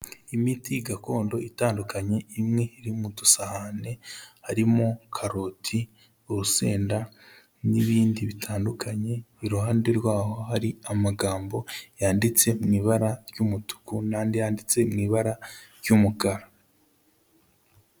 Imiti gakondo itandukanye imwe iri mu dusahane harimo karoti, urusenda n'ibindi bitandukanye, iruhande rwaho hari amagambo yanditse mu ibara ry'umutuku n'andi yanditse mu ibara ry'umukara.